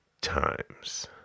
times